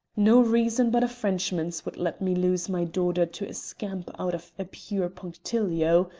no reason but a frenchman's would let me lose my daughter to a scamp out of a pure punctilio.